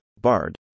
Bard